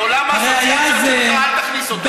לעולם אל תכניס אותנו,